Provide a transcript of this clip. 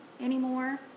anymore